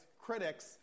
critics